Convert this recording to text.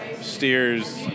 steers